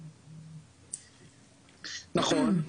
נכון,